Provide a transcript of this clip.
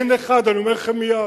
אין אחד, אני אומר לכם מייד.